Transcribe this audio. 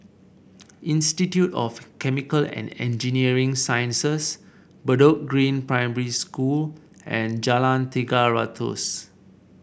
Institute of Chemical and Engineering Sciences Bedok Green Primary School and Jalan Tiga Ratus